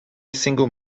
single